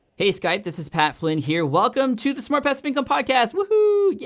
hey, skype. this is pat flynn here. welcome to the smart passive income podcast. woohoo, yeah